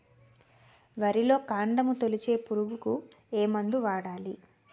వరిలో కాండము తొలిచే పురుగుకు ఏ మందు వాడాలి?